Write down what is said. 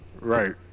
Right